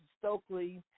Stokely